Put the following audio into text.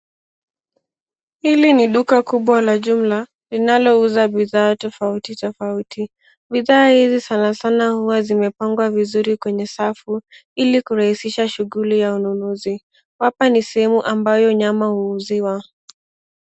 Hili ni duka kubwa la jumla linalouza bidhaa tofauti tofauti . Bidhaa hizi sanasana huwa zimepangwa vizuri kwenye safu ili kurahisisha shughuli ya ununuzi. Hapa ni sehemu ambayo nyama huuziwa.